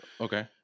Okay